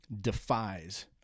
defies